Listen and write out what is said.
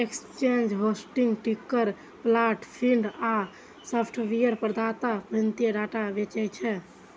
exchange, hosting, ticker plant feed आ software प्रदाता वित्तीय डाटा बेचै छै